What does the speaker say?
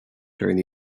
during